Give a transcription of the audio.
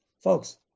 folks